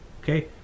okay